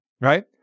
right